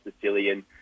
Sicilian